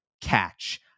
catch